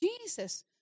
Jesus